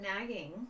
nagging